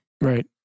right